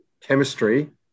chemistry